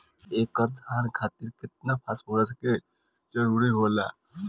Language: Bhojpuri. एक एकड़ धान खातीर केतना फास्फोरस के जरूरी होला?